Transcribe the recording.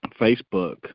Facebook